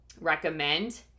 recommend